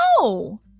no